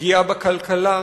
פגיעה בכלכלה,